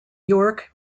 york